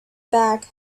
back